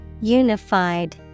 Unified